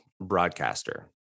Broadcaster